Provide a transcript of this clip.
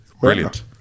Brilliant